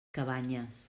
cabanyes